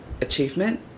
achievement